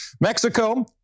mexico